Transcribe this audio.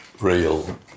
real